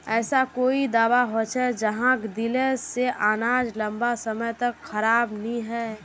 ऐसा कोई दाबा होचे जहाक दिले से अनाज लंबा समय तक खराब नी है?